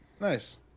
Nice